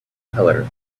color